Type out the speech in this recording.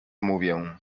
mówię